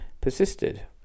persisted